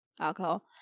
alcohol